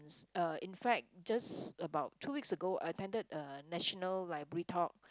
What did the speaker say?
uh in fact just about two weeks ago I attended a National Library talk